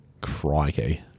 Crikey